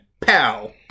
pow